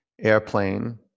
Airplane